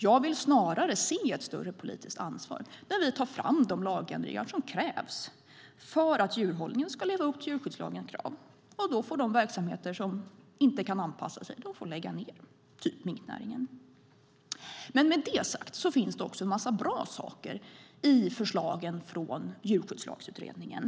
Jag vill snarare se ett större politiskt ansvar där vi tar fram de lagändringar som krävs för att djurhållningen ska leva upp till djurskyddslagens krav, och då får de verksamheter som inte kan anpassa sig lägga ned, typ minknäringen. Med det sagt vill jag också säga att det finns en massa bra saker i förslagen från Djurskyddslagsutredningen.